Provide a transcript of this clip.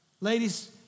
Ladies